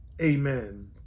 Amen